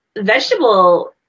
vegetable